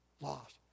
lost